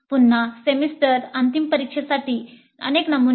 पुन्हा सेमिस्टर अंतिम परिक्षेसाठी अनेक नमुने आहेत